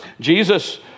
Jesus